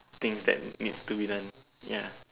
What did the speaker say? things that needs to be done ya